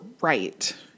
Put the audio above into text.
Right